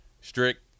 Strict